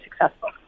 successful